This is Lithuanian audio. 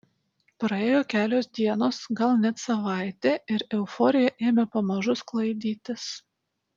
praėjo kelios dienos gal net savaitė ir euforija ėmė pamažu sklaidytis